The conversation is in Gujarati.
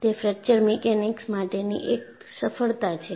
તે ફ્રેકચર મિકેનિક્સ માટેની એક સફળતા છે